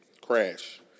crash